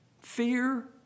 fear